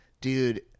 Dude